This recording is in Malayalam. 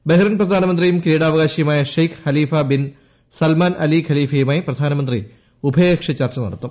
ബഹ്റിൻ പ്രധാനമന്ത്രിയും കിരീടാവകാശ്ചിയുമാക് Sheikh Khalifa bin Salman Al ഖലീഫയുമായി പ്രധാനമന്ത്രിടു ഉടയ്കക്ഷി ചർച്ച നടത്തും